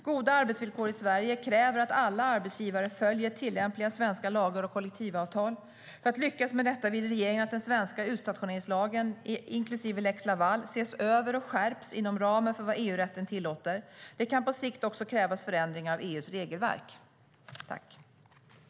Goda arbetsvillkor i Sverige kräver att alla arbetsgivare följer tillämpliga svenska lagar och kollektivavtal.